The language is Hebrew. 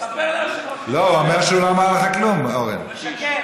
ספר ליושב-ראש איך קראת לי.